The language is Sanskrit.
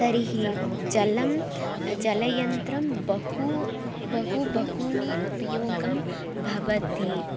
तर्हि जलं जलयन्त्रस्य बहु बहु बहूनि उपयोगः भवति